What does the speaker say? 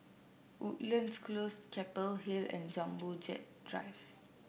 Woodlands Close Keppel Hill and Jumbo Jet Drive